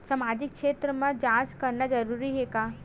सामाजिक क्षेत्र म जांच करना जरूरी हे का?